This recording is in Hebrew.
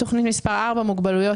תוכנית מס' 4 היא מוגבלויות,